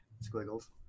squiggles